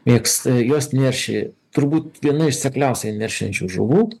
mėgsta jos neršia turbūt viena iš sekliausia neršiančių žuvų